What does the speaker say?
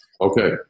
Okay